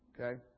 Okay